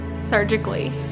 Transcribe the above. surgically